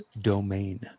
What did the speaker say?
Domain